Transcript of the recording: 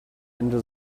into